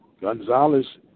Gonzalez